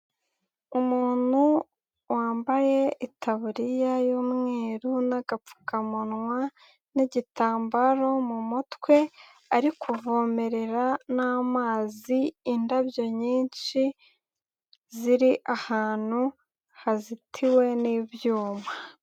Umuntu wambaye itaburiya y'umweru n'agapfukamunwa n'igitambaro mu mutwe, ari kuvomerera n'amazi indabyo nyinshi, ziri ahantu hazitiwe n'ibyuma.